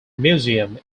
museum